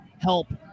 help